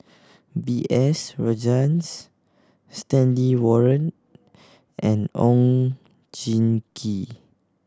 B S Rajhans Stanley Warren and Oon Jin Gee